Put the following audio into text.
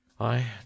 I